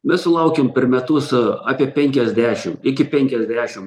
mes sulaukiam per metus apie penkiasdešim iki penkiasdešim